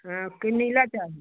हाँ तो नीला चाहिए